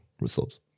results